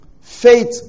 faith